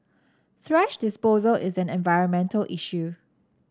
thrash disposal is an environmental issue